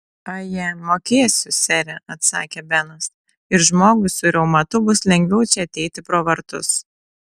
aje mokėsiu sere atsakė benas ir žmogui su reumatu bus lengviau čia ateiti pro vartus